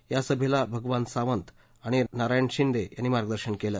या सभेला भगवान सावंत आणि नारायण शिंदे यांनी मार्गदर्शन केलं